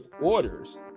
orders